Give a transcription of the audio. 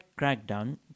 crackdown